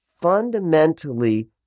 fundamentally